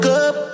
up